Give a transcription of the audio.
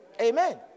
Amen